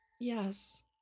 Yes